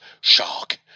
shark